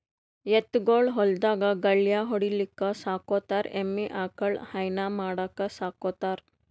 ಎತ್ತ್ ಗೊಳ್ ಹೊಲ್ದಾಗ್ ಗಳ್ಯಾ ಹೊಡಿಲಿಕ್ಕ್ ಸಾಕೋತಾರ್ ಎಮ್ಮಿ ಆಕಳ್ ಹೈನಾ ಮಾಡಕ್ಕ್ ಸಾಕೋತಾರ್